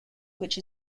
which